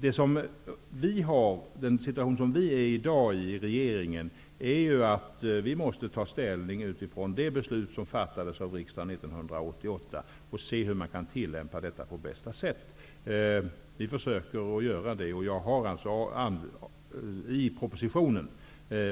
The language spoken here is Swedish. Det som vi nu i regeringen har att ta ställning utifrån är det beslut som fattades av riksdagen 1988, och vi skall se hur det kan tillämpas på bästa sätt. Vi försöker göra det. Jag har alltså i propositionen